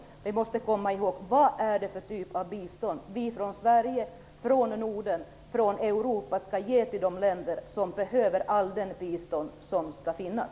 Men vi måste komma ihåg vad det är för typ av bistånd vi från Sverige, från Norden, från Europa skall ge till de länder som behöver allt bistånd som kan finnas.